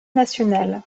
nationale